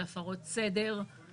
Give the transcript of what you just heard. זה הפרות סדר,